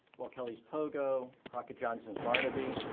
walt kelly's pogo, crockett johnson's barnaby.